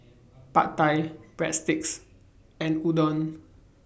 Pad Thai Breadsticks and Udon